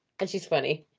and she's funny.